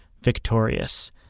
victorious